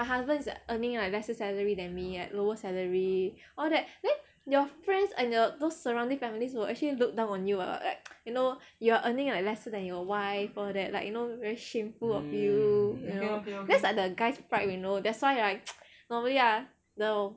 my husband's like earning like lesser salary than me like lower salary all that then your friends and your those surrounding families will actually look down on you wha~ what like you know you are earning lesser than your wife all that like you know very shameful of you you know that's like the guy pride you know that's why right normally ah the